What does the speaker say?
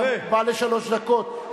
אתה מוגבל לשלוש דקות.